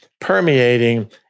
permeating